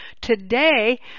Today